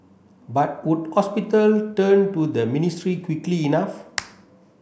but would hospital turn to the ministry quickly enough